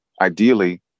Ideally